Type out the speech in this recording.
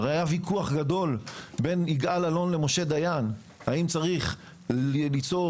הרי היה ויכוח גדול בין יגאל אלון למשה דיין האם צריך ליצור